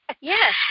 Yes